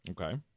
okay